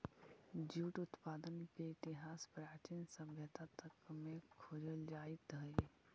jute उत्पादन के इतिहास प्राचीन सभ्यता तक में खोजल जाइत हई